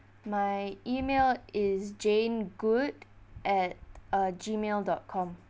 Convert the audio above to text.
my email is jane good at uh gmail dot com